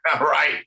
Right